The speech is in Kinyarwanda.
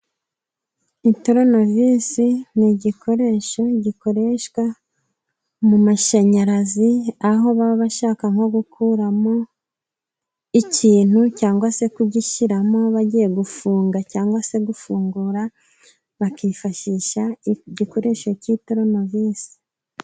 Toronovisi ni igikoresho gikoreshwa mu mashanyarazi, aho baba bashaka nko gukuramo ikintu cyangwa se kugishyiramo, bagiye gufunga cyangwa se gufungura bakifashisha igikoresho cya Toronovisi.